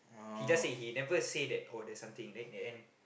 he just say he never say that oh there's something then in the end